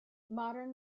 modern